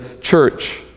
church